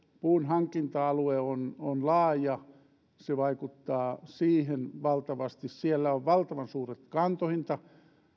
puun hankinta alue on on laaja ja se vaikuttaa siihen valtavasti siellä on valtavan suuret kantohintavirrat